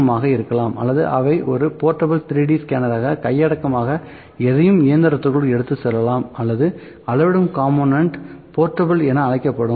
M ஆக இருக்கலாம் அல்லது அவை ஒரு போர்ட்டபிள் 3D ஸ்கேனராக கையடக்கமாக எதையும் இயந்திரத்திற்கு எடுத்துச் செல்லப்படலாம் அல்லது அளவிடும் காம்போனெண்ட் போர்ட்டபிள் என அழைக்கப்படும்